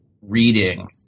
reading